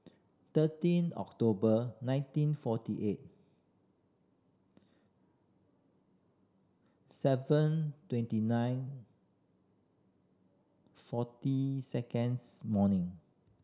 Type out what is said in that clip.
thirteen October nineteen forty eight seven twenty nine forty seconds morning